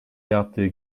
yaptığı